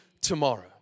tomorrow